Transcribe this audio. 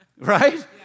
right